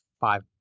five